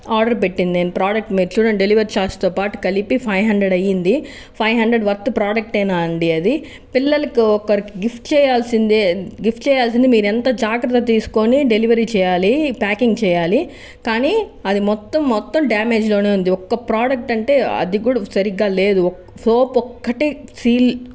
order పెట్టింది నేను product మీరు చూడండి డెలివరీ చార్జితో పాటు కలిపి ఫైవ్ హండ్రెడ్ అయింది ఫైవ్ హండ్రెడ్ వర్త్ ప్రొడక్టేనా అండి అది పిల్లలకు ఒకరికి గిఫ్ట్ చేయాల్సిందే గిఫ్ట్ చేయాల్సింది మీరు ఎంత జాగ్రత్త తీసుకుని డెలివరీ చేయాలి ప్యాకింగ్ చేయాలి కానీ అది మొత్తం మొత్తం డామేజ్లో ఉంది ఒక్క ప్రోడక్ట్ అంటే అది కూడా సరిగ్గా లేదు సోప్ ఒక్కటే సీల్